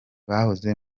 bahoze